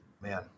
Man